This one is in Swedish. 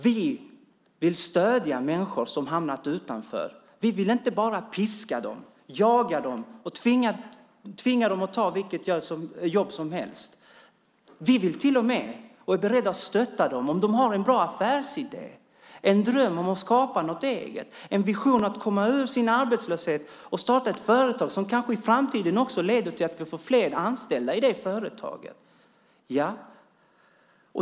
Vi vill stödja människor som har hamnat utanför. Vi vill inte bara piska dem, jaga dem och tvinga dem att ta vilket jobb som helst. Vi är till och med beredda att stötta dem om de har en bra affärsidé, en dröm om att skapa något eget, en vision om att komma ur sin arbetslöshet och starta ett företag som kanske i framtiden också leder till att det blir fler anställda i företaget.